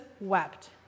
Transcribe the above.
wept